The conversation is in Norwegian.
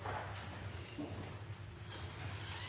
ta